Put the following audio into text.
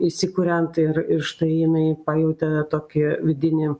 įsikuriant ir ir štai jinai pajautė tokį vidinį